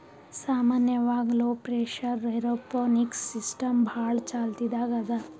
ಸಾಮಾನ್ಯವಾಗ್ low pressure aeroponics system ಭಾಳ್ ಚಾಲ್ತಿದಾಗ್ ಅದಾ